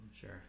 Sure